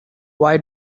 why